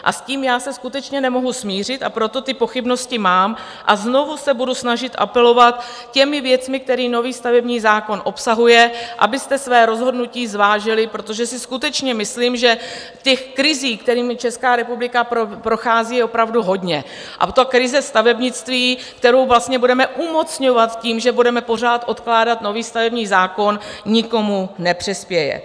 A s tím já se skutečně nemohu smířit, a proto ty pochybnosti mám, a znovu se budu snažit apelovat věcmi, který nový stavební zákon obsahuje, abyste své rozhodnutí zvážili, protože si skutečně myslím, že krizí, kterými Česká republika prochází, je opravdu hodně, a krize stavebnictví, kterou budeme umocňovat tím, že budeme pořád odkládat nový stavební zákon, nikomu nepřispěje.